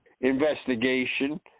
investigation